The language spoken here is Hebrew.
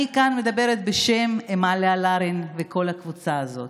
אני מדברת כאן בשם אמיליה לרין וכל הקבוצה הזאת.